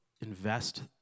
invest